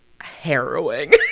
harrowing